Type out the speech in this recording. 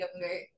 younger